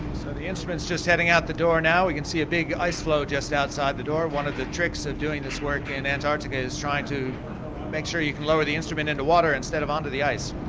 so the instrument is just heading out the door now, we can see a big ice floe just outside the door. one of the tricks of doing this work in antarctica is trying to make sure you can lower the instrument into water instead of onto the ice.